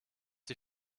die